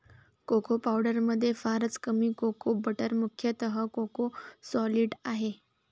cocoa पावडरमध्ये फारच कमी कोको बटर मुख्यतः कोको सॉलिड आहे